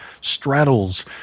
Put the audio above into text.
straddles